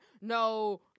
no